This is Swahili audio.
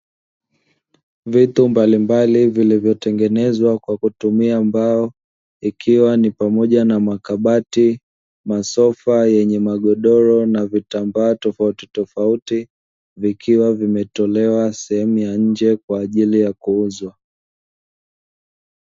Vitu mbalimbali vilivyotengenezwa kwa kutumia mbao, ikiwa ni pamoja na makabati, masofa yenye magodoro na vitambaa tofautitofauti, vikiwa vimetolewa sehemu ya nje kwa ajili ya kuuzwa.